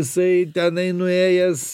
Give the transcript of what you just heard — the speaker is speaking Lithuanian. jisai tenai nuėjęs